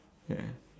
ya